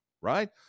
right